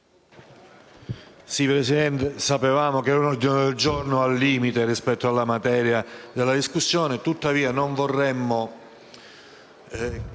Presidente, sapevamo che l'ordine del giorno era al limite rispetto alla materia della discussione. Tuttavia non vorremmo